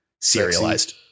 serialized